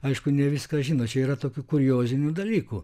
aišku ne viską žino čia yra tokių kuriozinių dalykų